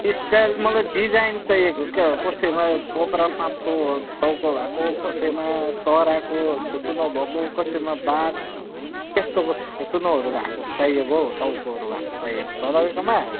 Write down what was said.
style मलाई design चाहिएको क्या हो कसैमा कोब्रा साँपको टाउको भएको कसैमा चराको थुतुनो भएको कसैमा बाघ त्यस्तोको थुतुनोहरू भएको चाहिएको हो टाउकोहरू भएको चाहिएको छ तपाईँकोमा